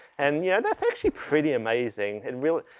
and yeah that's actually pretty amazing. it really-you